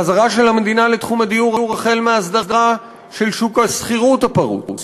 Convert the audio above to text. חזרה של המדינה לתחום הדיור החל מההסדרה של שוק השכירות הפרוץ,